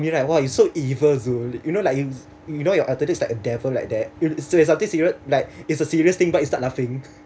call me like !wah! you so evil zul you know like you you know your attitudes is like a devil like that if it's something serious like it's a serious thing but he start laughing